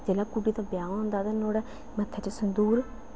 जेल्लै कुड़ी दा ब्याह् होंदा तां नुहाड़ै मत्थै च संदूर